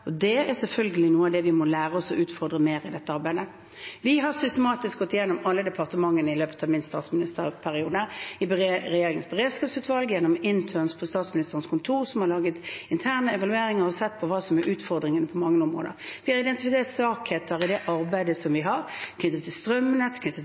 Det er selvfølgelig noe av det vi må lære oss å utfordre mer i dette arbeidet. Vi har systematisk gått gjennom alle departementene i løpet av min statsministerperiode – i regjeringens beredskapsutvalg, gjennom «interns» på Statsministerens kontor som har laget interne evalueringer og sett på hva som er utfordringene på mange områder. Vi har identifisert svakheter i det arbeidet vi har, knyttet